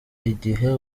igihe